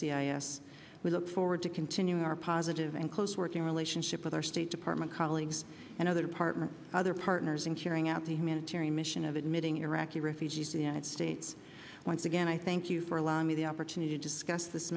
c i s we look forward to continuing our positive and close working relationship with our state department colleagues and other departments other partners in carrying out the humanitarian mission of admitting iraqi refugees the united states once again i thank you for allowing me the opportunity to discuss this